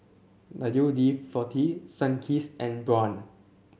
W D forty Sunkist and Braun